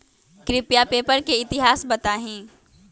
कृपया पेपर के इतिहास बताहीं